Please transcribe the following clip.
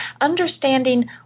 understanding